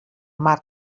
marc